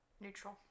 Neutral